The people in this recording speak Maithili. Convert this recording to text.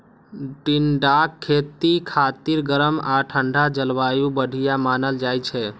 टिंडाक खेती खातिर गरम आ ठंढा जलवायु बढ़िया मानल जाइ छै